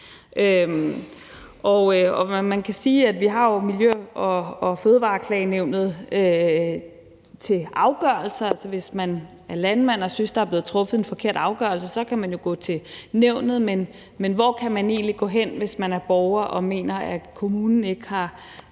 Man kan jo sige, at vi har Miljø- og Fødevareklagenævnet til at træffe afgørelser. Hvis man er landmand og synes, der er blevet truffet en forkert afgørelse, kan man jo gå til nævnet, men hvor kan man egentlig gå hen, hvis man er borger og mener, at kommunen ikke har